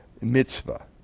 mitzvah